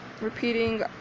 repeating